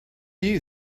you